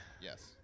Yes